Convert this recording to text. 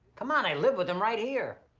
c'mon, i lived with him, right here.